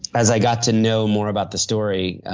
as i got to know more about the story